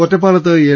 ഒറ്റ പ്പാലത്ത് എൽ